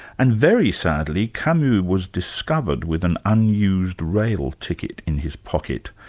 and very sadly, camus was discovered with an unused rail ticket in his pocket.